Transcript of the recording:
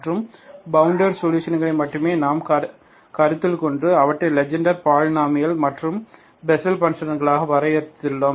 மற்றும் பவுண்டேட் சொலுஷன்களை மட்டுமே நாம் கருத்தில் கொண்டு அவற்றை லெஜென்ட்ர் பாலினாமியல் மற்றும் பெசல் பன்ஷன்களாக வரையறுத்துள்ளோம்